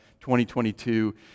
2022